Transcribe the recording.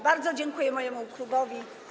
Bardzo dziękuję mojemu klubowi.